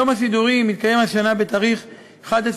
יום הסידורים התקיים השנה בתאריך 11